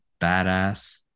badass